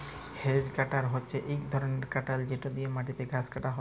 hedge cutter হছে ইক ধরলের কাটার যেট দিঁয়ে মাটিতে ঘাঁস কাটা হ্যয়